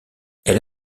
elle